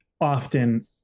often